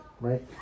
right